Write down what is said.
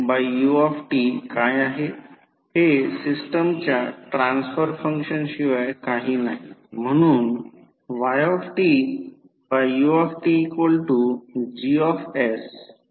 आता इनपुट शक्ती जी कमी व्होल्टेज बाजू V 1 प्रवाह I1 cos आहे